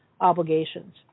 obligations